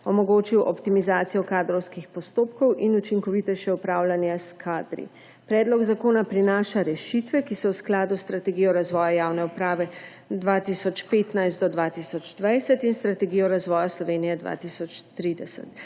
omogočil optimizacijo kadrovskih postopkov in učinkovitejše upravljanje s kadri. Predlog zakona prinaša rešitve, ki so v skladu s Strategijo razvoja javne uprave 2015–2020 in strategijo razvoja Slovenije 2030,